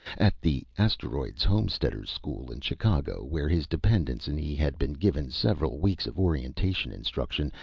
at the asteroids homesteaders' school in chicago, where his dependents and he had been given several weeks of orientation instruction,